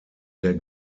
der